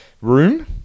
room